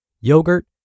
yogurt